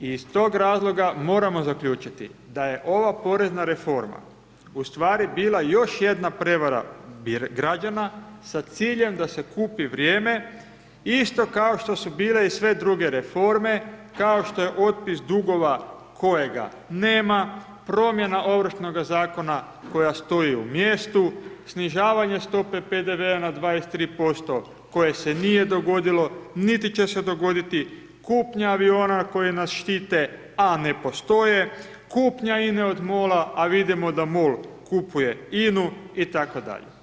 Iz tog razloga moramo zaključiti da je ova porezna reforma u stvari bila još jedna prevara građana sa ciljem da se kupi vrijeme, isto kao što su bile i sve druge reforme, kao što je otpis dugova kojega nema, promjena Ovršnog Zakona koja stoji u mjestu, snižavanje stope PDV-a na 23% koje se nije dogodilo, niti će se dogoditi, kupnja aviona koji nas štite, a ne postoje, kupnja INA-e od MOL-a, a vidimo da MOL kupuje INA-u itd.